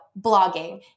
blogging